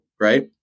right